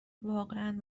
واقعا